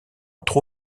entre